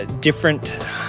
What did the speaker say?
different